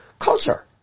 Culture